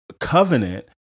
covenant